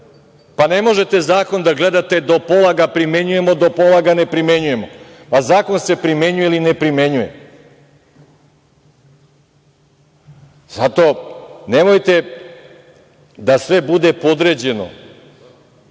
možete zakon da gledate – do pola ga primenjujemo, do pola ga ne primenjujemo. Zakon se primenjuje ili ne primenjuje. Zato, nemojte da sve bude podređeno